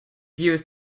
used